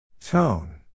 Tone